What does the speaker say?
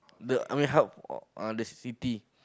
the I mean help uh the ci~ city